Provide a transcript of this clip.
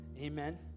Amen